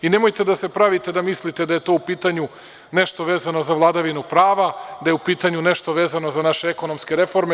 Nemojte da se pravite da mislite da je u pitanju nešto vezano za vladavinu prava, da je u pitanju nešto vezano za naše ekonomske reforme.